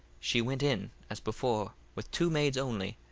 she went in as before with two maids only,